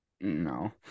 no